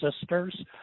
sisters